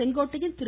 Sengottaiyan Thiru